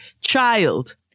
child